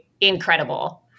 incredible